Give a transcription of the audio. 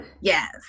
Yes